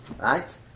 right